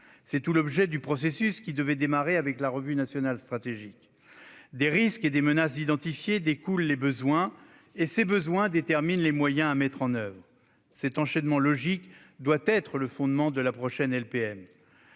C'est tout l'objet du processus qui devait démarrer avec la revue nationale stratégique : des risques et des menaces identifiés découlent les besoins, et ces besoins déterminent les moyens à mettre en oeuvre. Cet enchaînement logique doit être le fondement de la prochaine LPM.